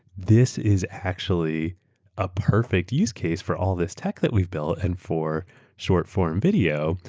this is actually a perfect use case for all this tech that we've built and for short-form video.